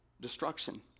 destruction